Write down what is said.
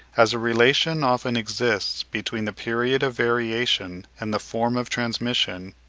as a relation often exists between the period of variation and the form of transmission,